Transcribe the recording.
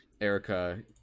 erica